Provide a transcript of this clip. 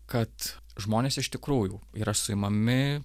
kad žmonės iš tikrųjų yra suimami